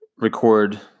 Record